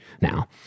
now